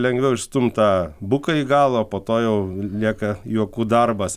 lengviau išstumt tą bukąjį galą o po to jau lieka juokų darbas